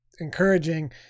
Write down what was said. encouraging